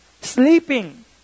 sleeping